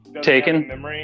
Taken